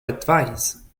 advise